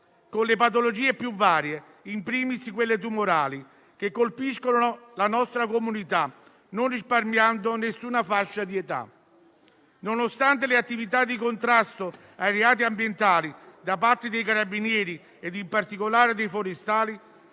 con le patologie più varie, *in primis* quelle tumorali, che colpiscono la nostra comunità, senza risparmiare nessuna fascia d'età. Nonostante le attività di contrasto ai reati ambientali da parte dei Carabinieri, e in particolare dei forestali,